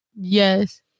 Yes